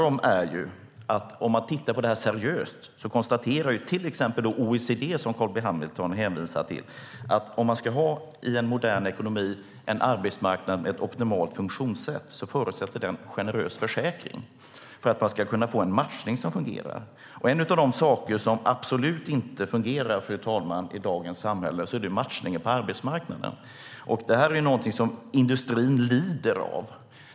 Om vi tittar på det här seriöst kan vi se att till exempel OECD, som Carl B Hamilton hänvisar till, konstaterar att om man i en modern ekonomi ska ha en arbetsmarknad med ett optimalt funktionssätt förutsätter det en generös försäkring för att man ska kunna få en matchning som fungerar. En av de saker som absolut inte fungerar i dagens samhälle, fru talman, är matchningen på arbetsmarknaden. Det är någonting som industrin lider av.